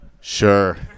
sure